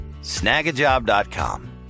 Snagajob.com